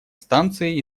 станции